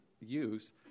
use